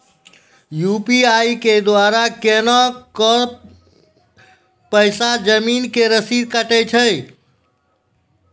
UPI के द्वारा केना कऽ पैसा जमीन के रसीद कटैय छै?